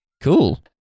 Cool